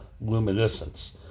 luminescence